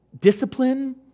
discipline